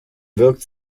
wirkt